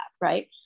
right